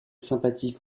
sympathique